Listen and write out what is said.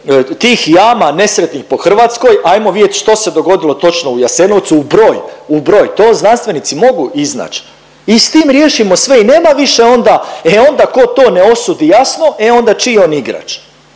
tih jama nesretnih po Hrvatskoj, ajmo vidjet što se dogodilo točno u Jasenovcu u broj, u broj, to znanstvenici mogu iznać i s tim riješimo sve. I nema više onda, e onda ko to ne osudi jasno, e onda čiji je on igrač.